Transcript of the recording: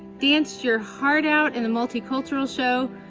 danced your heart out in the multicultural show,